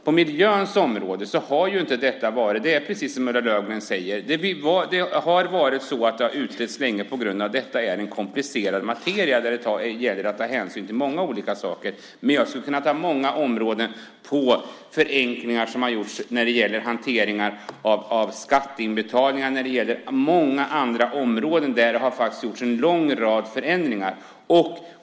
På miljöns område har det, precis som Ulla Löfgren säger, utretts länge eftersom det är en komplicerad materia där det gäller att ta hänsyn till många olika saker. Jag skulle kunna ge exempel från många områden där förenklingar gjorts. Det gäller hanteringen av skatteinbetalningar och mycket annat. Där har det faktiskt gjorts en lång rad förändringar.